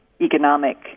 economic